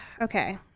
okay